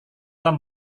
tom